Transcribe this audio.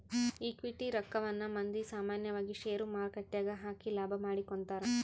equity ರಕ್ಕವನ್ನ ಮಂದಿ ಸಾಮಾನ್ಯವಾಗಿ ಷೇರುಮಾರುಕಟ್ಟೆಗ ಹಾಕಿ ಲಾಭ ಮಾಡಿಕೊಂತರ